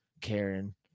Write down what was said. Karen